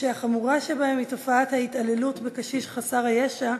והחמורה שבהן היא תופעת ההתעללות בקשיש חסר הישע,